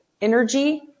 energy